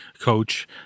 coach